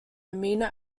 amino